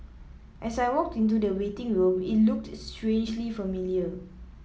as I walked into the waiting room it looked strangely familiar